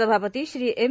सभापती श्री एम